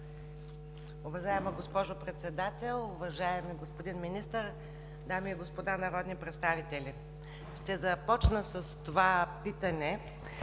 Уважаема госпожо Председател, уважаеми господин Министър, дами и господа народни представители! Ще започна с това питане,